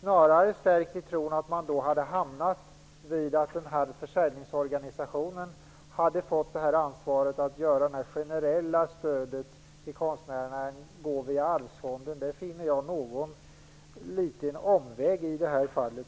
snarare stärkt i tron att försäljningsorganisationen hade fått ansvaret för det generella stödet till konstnärerna i stället för att det skall gå via Arvsfonden. Det tycker jag är att ta en omväg i det här fallet.